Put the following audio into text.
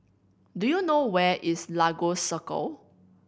do you know where is Lagos Circle